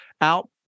out